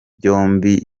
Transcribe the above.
byombi